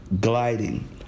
gliding